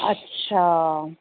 अच्छा